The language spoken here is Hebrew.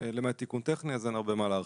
למעט תיקון טכני כך שאין הרבה מה להרחיב.